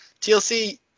tlc